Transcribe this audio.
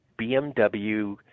BMW